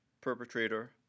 perpetrator